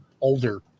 older